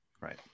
Right